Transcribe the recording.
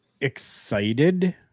excited